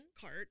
cart